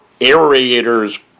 aerators